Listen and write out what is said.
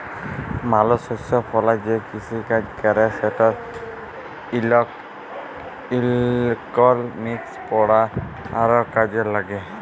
মালুস শস্য ফলায় যে কিসিকাজ ক্যরে সেটর ইকলমিক্স পড়া আরও কাজে ল্যাগল